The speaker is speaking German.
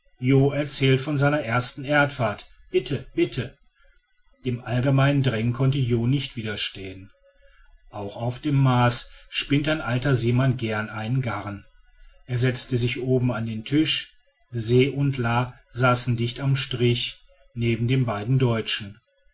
erzählt von seiner ersten erdfahrt bitte bitte dem allgemeinen drängen konnte jo nicht widerstehen auch auf dem mars spinnt ein alter seemann gern ein garn er setzte sich oben an den tisch se und la saßen dicht am strich neben den beiden deutschen